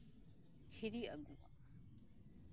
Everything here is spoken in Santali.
ᱦᱤᱨᱤ ᱟᱹᱜᱩᱣᱟᱜᱼᱟ